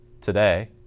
today